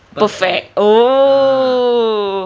perfect oh